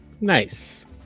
Nice